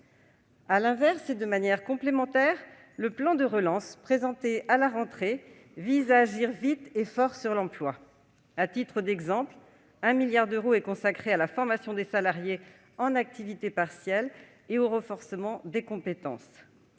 À l'inverse et de manière complémentaire, le plan de relance présenté à la rentrée vise à agir vite et fort pour l'emploi. À titre d'exemple, 1 milliard d'euros sont consacrés à la formation des salariés en activité partielle et au renforcement des compétences.